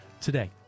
today